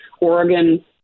Oregon